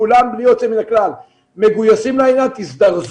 וכולם בלי יוצא מן הכלל מגויסים לעניין - שיזדרזו